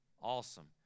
awesome